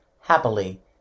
happily